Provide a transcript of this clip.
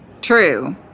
True